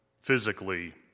physically